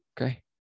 Okay